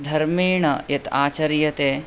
धर्मेण यत् आचर्यते